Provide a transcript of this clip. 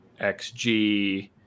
XG